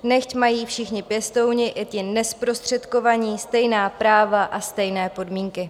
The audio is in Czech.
Nechť mají všichni pěstouni, i ti nezprostředkovaní, stejná práva a stejné podmínky.